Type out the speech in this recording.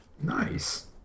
Nice